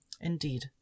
Indeed